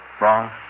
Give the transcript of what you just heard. Wrong